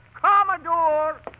Commodore